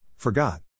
Forgot